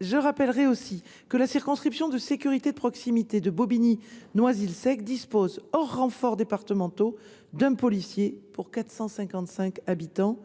Je rappellerai aussi que la circonscription de sécurité de proximité de Bobigny-Noisy-le-Sec dispose, hors renforts départementaux, d'un policier pour 455 habitants.